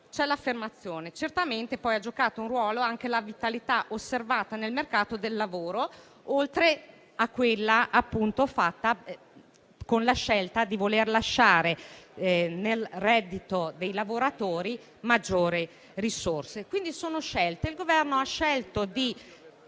l'affermazione che certamente ha giocato un ruolo anche la vitalità osservata nel mercato del lavoro, oltre alla scelta di voler lasciare nel reddito dei lavoratori maggiori risorse. Sono scelte. Il Governo ha deciso di